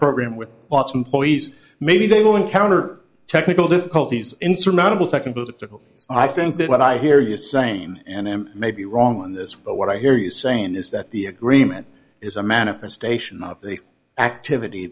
program with lots of employees maybe they will encounter technical difficulties insurmountable tekken but the i think what i hear your same and i am maybe wrong on this but what i hear you saying is that the agreement is a manifestation of the activity